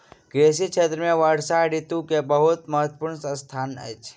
कृषि क्षेत्र में वर्षा ऋतू के बहुत महत्वपूर्ण स्थान अछि